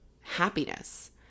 happiness